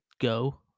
go